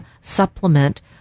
supplement